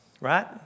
right